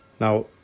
Now